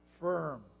firm